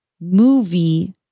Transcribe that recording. movie